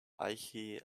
aichi